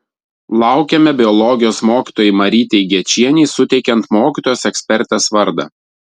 laukiame biologijos mokytojai marytei gečienei suteikiant mokytojos ekspertės vardą